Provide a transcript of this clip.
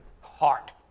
Heart